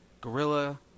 Gorilla